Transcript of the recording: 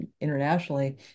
internationally